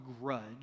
grudge